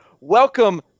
welcome